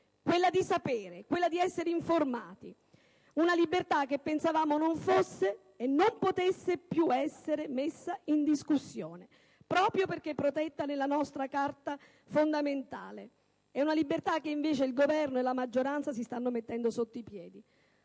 quella di sapere, di essere informati. Una libertà che pensavamo non fosse e non potesse più essere messa in discussione proprio perché protetta dalla nostra Carta fondamentale. Una libertà che, invece, il Governo e la maggioranza stanno mettendo sotto i piedi.